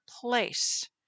place